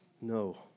No